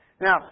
Now